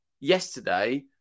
yesterday